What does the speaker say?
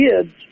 kids